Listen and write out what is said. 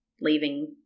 leaving